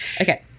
Okay